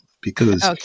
because-